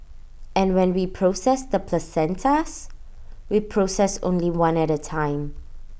and when we process the placentas we process only one at A time